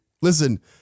Listen